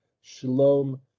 shalom